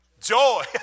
joy